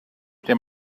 there